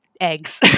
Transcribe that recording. eggs